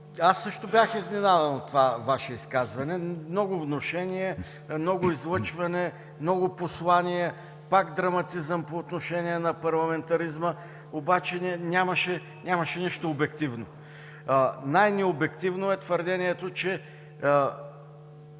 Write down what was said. аз също бях изненадан от Вашето изказване – много внушения, много излъчване, много послания, пак драматизъм по отношение на парламентаризма, обаче нямаше нищо обективно. Най-необективно е твърдението, че